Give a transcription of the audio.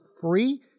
free